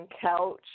couch